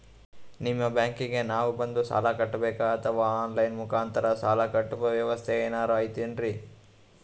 ನಿಮ್ಮ ಬ್ಯಾಂಕಿಗೆ ನಾವ ಬಂದು ಸಾಲ ಕಟ್ಟಬೇಕಾ ಅಥವಾ ಆನ್ ಲೈನ್ ಮುಖಾಂತರ ಸಾಲ ಕಟ್ಟುವ ವ್ಯೆವಸ್ಥೆ ಏನಾರ ಐತೇನ್ರಿ?